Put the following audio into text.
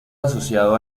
asociado